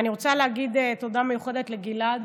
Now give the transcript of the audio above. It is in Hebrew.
אני רוצה להגיד תודה מיוחדת לגלעד